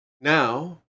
Now